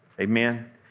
Amen